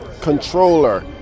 controller